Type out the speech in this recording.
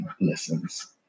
listens